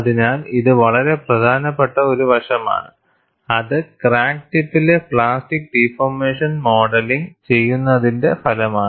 അതിനാൽ ഇത് വളരെ പ്രധാനപ്പെട്ട ഒരു വശമാണ് അത് ക്രാക്ക് ടിപ്പിലെ പ്ലാസ്റ്റിക് ഡിഫോർമേഷൻ മോഡലിംഗ് ചെയ്യുന്നതിന്റെ ഫലമാണ്